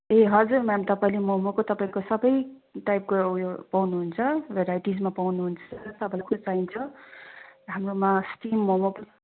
ए हजुर मेम तपाईँले ममको तपाईँको सब टाइपको उयो पाउनु हुन्छ भेराइटिजमा पाउनु हुन्छ तपाईँलाई कस्तो चाहिन्छ हाम्रोमा स्टिम मम पनि